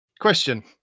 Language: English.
question